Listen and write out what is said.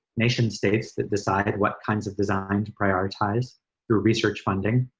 nation states that decide what kinds of design to prioritize through research funding,